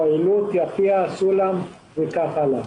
עילוט, יפיע, סולם וכך הלאה.